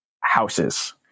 houses